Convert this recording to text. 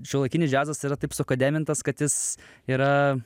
šiuolaikinis džiazas yra taip suakademintas kad jis yra